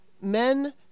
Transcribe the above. men